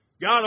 God